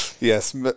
Yes